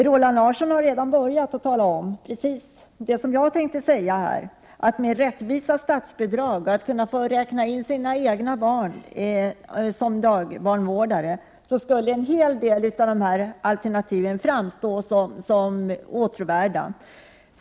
Roland Larsson började med att tala om precis vad jag tänkte säga, nämligen att med rättvisa statsbidrag och med rätt att få räkna sig som dagbarnvårdare för egna barn skulle en hel del av dessa alternativ framstå som åtråvärda.